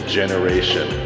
generation